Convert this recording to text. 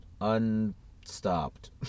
Unstopped